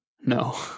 No